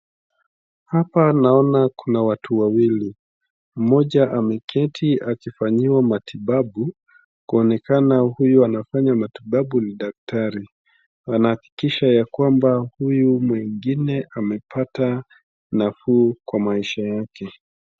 Hapa naona kuna watu wawili, mmoja ameketi akifanyiwa matibabu kuonekana huyu anafanya matibabu ni daktari anahakikisha ya kwamba huyu mwingine amepata nafuu kwa maisha yake.